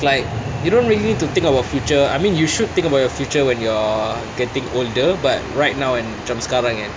it's like you don't really think about future I mean you should think about your future when you're getting older but right now cam sekarang kan